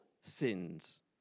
sins